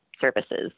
services